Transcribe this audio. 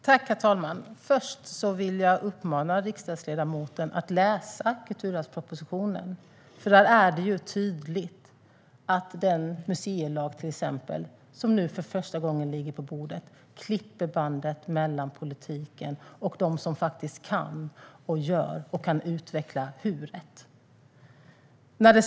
Herr talman! Först vill jag uppmana riksdagsledamoten att läsa kulturarvspropositionen. Där är det tydligt att till exempel den museilag som nu för första gången ligger på bordet klipper bandet mellan politiken och dem som kan, gör och kan utveckla hur det ska ske.